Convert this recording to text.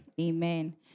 amen